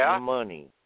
money